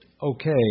okay